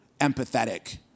empathetic